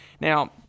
Now